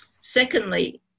Secondly